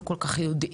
לא כל כך יודעים,